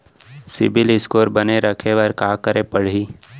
CIBIL score बने रखे बर का करे पड़ही?